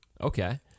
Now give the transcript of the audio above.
okay